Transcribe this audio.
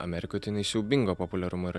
amerikoj tai jinai siaubingo populiarumo yra